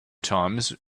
times